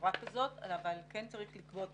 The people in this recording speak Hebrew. בצורה כזאת, אבל כן צריך לקבוע תוכנית.